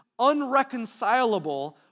unreconcilable